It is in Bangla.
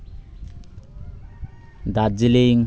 দার্জিলিং